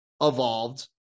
evolved